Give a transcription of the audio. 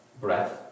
breath